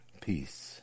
peace